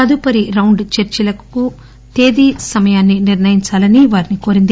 తదుపరి రౌండ్ చర్చలకు తేదీ సమయాన్ని నిర్ణయించాలని వారిని కోరింది